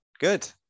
good